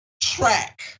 track